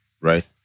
Right